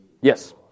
Yes